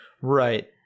right